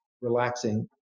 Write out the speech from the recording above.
relaxing